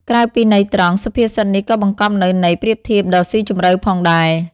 ក្រៅពីន័យត្រង់ សុភាសិតនេះក៏បង្កប់នូវន័យប្រៀបធៀបដ៏ស៊ីជម្រៅផងដែរ។